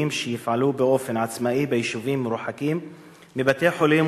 שיפעלו באופן עצמאי ביישובים מרוחקים מבתי-חולים,